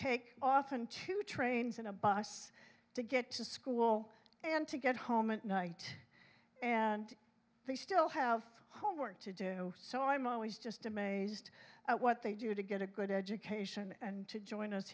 take often two trains and a bus to get to school and to get home at night and they still have homework to do so i'm always just amazed at what they do to get a good education and to join us